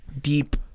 deep